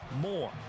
More